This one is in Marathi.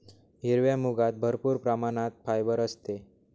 हिरव्या मुगात भरपूर प्रमाणात फायबर असते